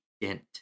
dent